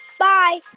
bye